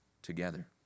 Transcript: Together